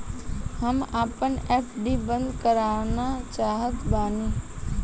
हम आपन एफ.डी बंद करना चाहत बानी